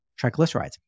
triglycerides